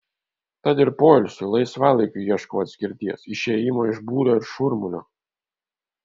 tad ir poilsiui laisvalaikiui ieškau atskirties išėjimo iš būrio ir šurmulio